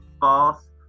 False